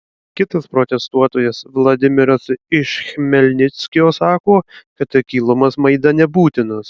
kitas protestuotojas vladimiras iš chmelnickio sako kad akylumas maidane būtinas